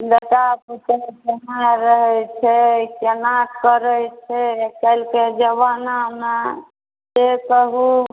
बेटा पुतौह कोना रहै छै कोना करै छै आइकाल्हिके जमानामे से कहू